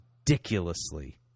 ridiculously